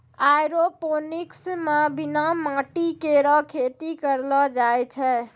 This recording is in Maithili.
एयरोपोनिक्स म बिना माटी केरो खेती करलो जाय छै